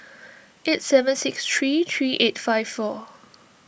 eight seven six three three eight five four